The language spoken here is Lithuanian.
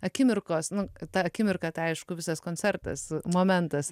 akimirkos nu ta akimirka tai aišku visas koncertas momentas